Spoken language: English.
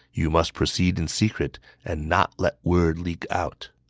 you must proceed in secret and not let word leak out.